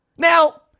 Now